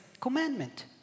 commandment